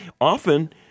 Often